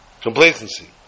complacency